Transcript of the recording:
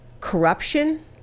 corruption